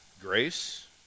Grace